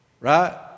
Right